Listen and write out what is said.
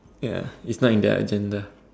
ya it's not in their agenda